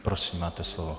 Prosím, máte slovo.